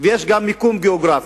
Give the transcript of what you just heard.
ויש גם מיקום גיאוגרפי,